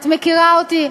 את מכירה אותי,